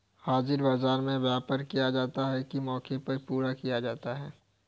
हाजिर बाजार में व्यापार किया जाता है और मौके पर ही पूरा किया जाता है